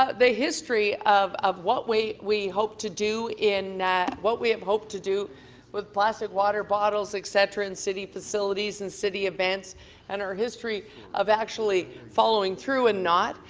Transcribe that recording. ah the history of of what we we hope to do in what we have hoped to do with plastic water bottles, et cetera in city facilities and city events and our history of actually following through and not.